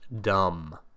dumb